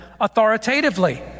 authoritatively